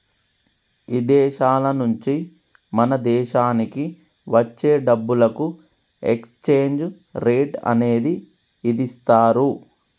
ఇదేశాల నుంచి మన దేశానికి వచ్చే డబ్బులకు ఎక్స్చేంజ్ రేట్ అనేది ఇదిస్తారు